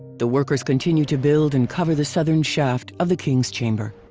the workers continue to build and cover the southern shaft of the king's chamber.